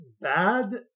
bad